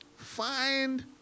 Find